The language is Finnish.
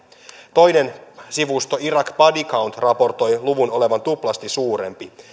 toinen sivusto iraq body count raportoi luvun olevan tuplasti suurempi